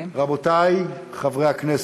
רבותי חברי הכנסת,